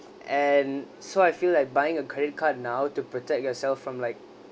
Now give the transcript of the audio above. and so I feel like buying a credit card now to protect yourself from like